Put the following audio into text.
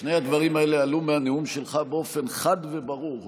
שני הדברים האלה עלו מהנאום שלך באופן חד וברור.